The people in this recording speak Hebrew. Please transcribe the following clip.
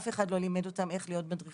אף אחד לא לימד אותם איך להיות מדריכים.